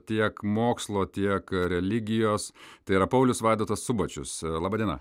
tiek mokslo tiek religijos tai yra paulius vaidotas subačius laba diena